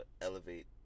Elevate